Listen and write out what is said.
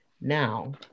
now